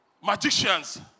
magicians